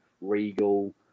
Regal